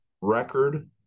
record